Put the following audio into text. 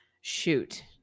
Shoot